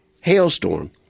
hailstorm